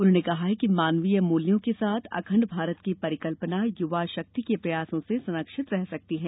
उन्होंने कहा कि मानवीय मूल्यों के साथ अखंड भारत की परिकल्पना युवा शक्ति के प्रयासों से संरक्षित रह सकती हैं